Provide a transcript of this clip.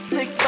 Six